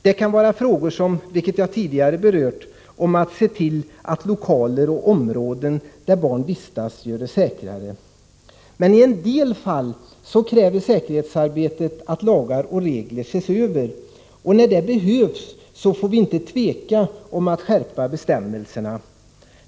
Det kan vara frågor som, vilket jag tidigare berört, att se till att lokaler och områden där barn vistas görs säkrare. Men i en del fall kräver säkerhetsarbetet att lagar och regler ses över, och när det behövs får vi inte tveka om att skärpa bestämmelserna.